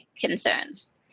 concerns